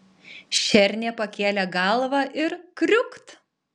šernė pakėlė galvą ir kriūkt